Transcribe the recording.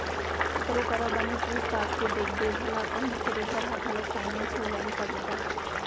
ककरो करा बने पूछ ताछ के देखबे भला कहूँ थेरेसर ह घलौ फाइनेंस हो जाही का बेटा?